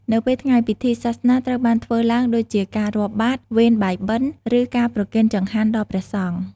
នៅពេលថ្ងៃ ពិធីសាសនាត្រូវបានធ្វើឡើងដូចជាការរាប់បាត្រ វេនបាយបិណ្ឌ ឬការប្រគេនចង្ហាន់ដល់ព្រះសង្ឃ។